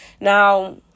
Now